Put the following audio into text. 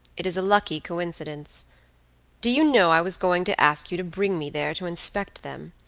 it is a lucky coincidence do you know i was going to ask you to bring me there to inspect them.